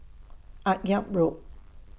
Akyab Road